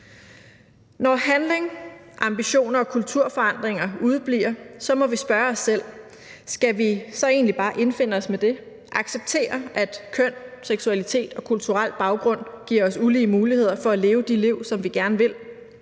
Når handling, ambitioner og kulturforandringer udebliver, må vi spørge os selv: Skal vi så egentlig bare affinde os med det og acceptere, at køn, seksualitet og kulturel baggrund giver os ulige muligheder for at leve de liv, som vi gerne vil?